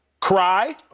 cry